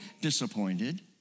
disappointed